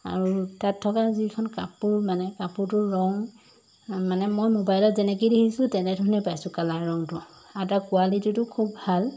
আৰু তাত থকা যিখন কাপোৰ মানে কাপোৰটোৰ ৰং মানে মই মোবাইলত যেনেকৈ দেখিছোঁ তেনেধৰণে পাইছোঁ কালাৰ ৰংটো আৰু তাৰ কোৱালিটিটো খুব ভাল